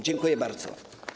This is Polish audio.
Dziękuję bardzo.